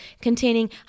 Containing